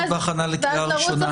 החוק בהכנה לקריאה ראשונה.